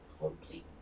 Complete